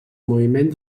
moviment